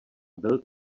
byl